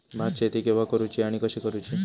भात शेती केवा करूची आणि कशी करुची?